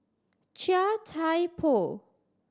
Chia Thye Poh